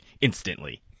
instantly